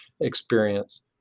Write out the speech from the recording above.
experience